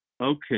Okay